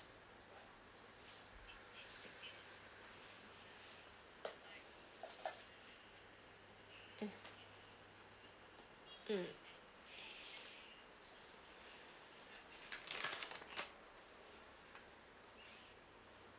mm mm